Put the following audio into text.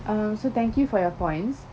err so thank you for your points